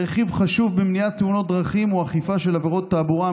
רכיב חשוב במניעת תאונות דרכים הוא אכיפה של עבירות תעבורה,